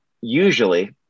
usually